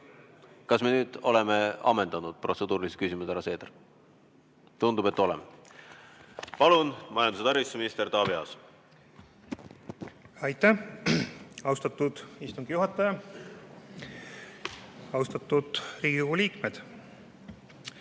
Kas me nüüd oleme ammendanud protseduurilised küsimused, härra Seeder? Tundub, et oleme. Palun, majandus- ja taristuminister Taavi Aas! Aitäh, austatud istungi juhataja! Austatud Riigikogu liikmed!